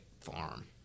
farm